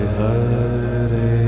Hare